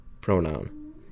pronoun